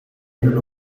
nul